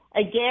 again